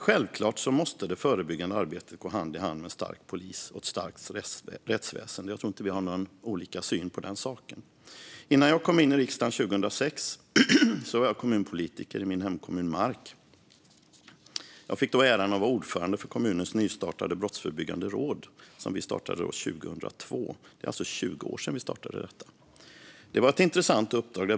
Självklart måste det förebyggande arbetet gå hand i hand med en stark polis och ett starkt rättsväsen; jag tror inte att jag och Morgan Johansson har olika syn på den saken. Innan jag kom in i riksdagen 2006 var jag kommunpolitiker i min hemkommun Mark. Jag fick då äran att vara ordförande för kommunens nystartade brottsförebyggande råd, som startades 2002. Det är alltså 20 år sedan vi startade detta. Det var ett intressant uppdrag.